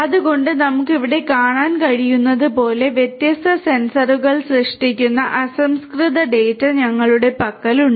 അതിനാൽ നമുക്ക് ഇവിടെ കാണാൻ കഴിയുന്നതുപോലെ വ്യത്യസ്ത സെൻസറുകൾ സൃഷ്ടിക്കുന്ന അസംസ്കൃത ഡാറ്റ ഞങ്ങളുടെ പക്കലുണ്ട്